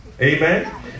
Amen